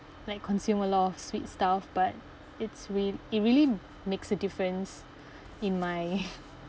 like consume a lot of sweet stuff but it's re~ it really makes a difference in my